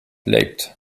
leapt